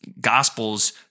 Gospels